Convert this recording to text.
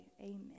Amen